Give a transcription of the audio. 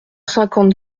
cinquante